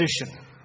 position